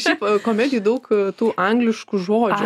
šiaip komedijų daug tų angliškų žodžių